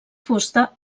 fusta